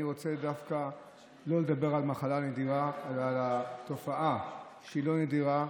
אני דווקא לא רוצה לדבר על מחלה נדירה אלא על תופעה שהיא לא נדירה,